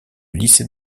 lycée